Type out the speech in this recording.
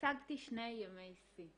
השגתי שני ימי שיא.